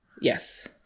Yes